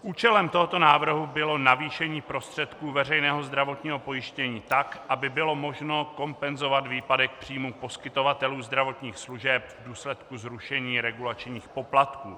Účelem tohoto návrhu bylo navýšení prostředků veřejného zdravotního pojištění tak, aby bylo možno kompenzovat výpadek příjmů poskytovatelů zdravotních služeb v důsledku zrušení regulačních poplatků.